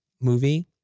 movie